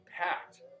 packed